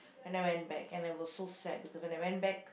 when I went back and I was so sad because when I went back